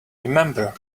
remember